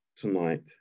tonight